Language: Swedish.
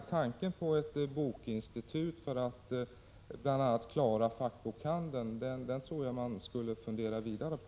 Tanken på ett bokinstitut för att bl.a. klara fackbokhandeln tror jag hör till det man borde fundera vidare på.